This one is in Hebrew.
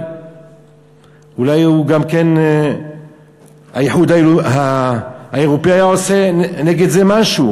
אולי האיחוד האירופי היה עושה נגד זה משהו.